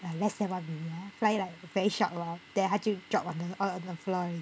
err less than one minute fly like very short lor then 它就 drop on the on the floor